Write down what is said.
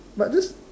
but this